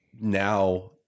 now